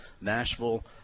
Nashville